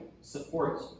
support